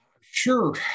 Sure